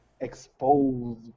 expose